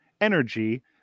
energy